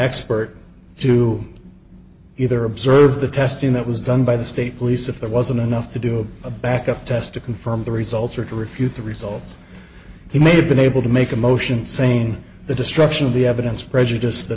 expert to either observe the testing that was done by the state police if there wasn't enough to do a back up test to confirm the results or to refute the results he may have been able to make a motion saying the destruction of the evidence prejudiced the